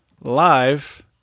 live